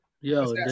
Yo